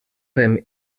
fem